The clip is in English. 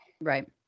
right